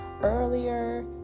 earlier